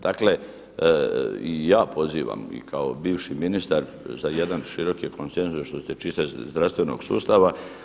Dakle i ja pozivam i kao bivši ministar za jedan široki konsenzus što se tiče zdravstvenog sustava.